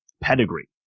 pedigree